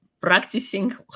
practicing